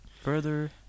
further